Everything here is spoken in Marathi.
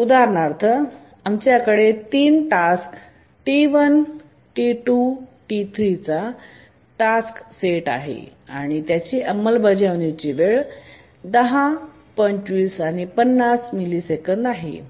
उदाहरणार्थ आमच्याकडे 3 टास्क T1T2T3 चा टास्क सेट आहे आणि त्यांची अंमलबजावणी वेळ 10 25 आणि 50 मिली सेकंद आहे